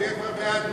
התש"ע 2010,